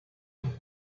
und